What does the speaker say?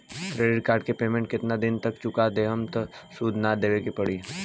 Credit card के payment केतना दिन तक चुका देहम त सूद ना देवे के पड़ी?